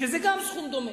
שזה גם סכום דומה.